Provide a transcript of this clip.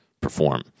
perform